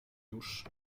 już